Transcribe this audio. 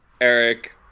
eric